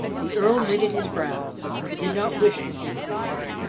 the earl knitted his brows he did not wish to see the picture,